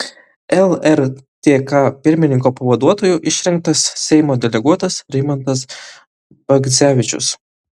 lrtk pirmininko pavaduotoju išrinktas seimo deleguotas rimantas bagdzevičius